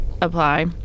apply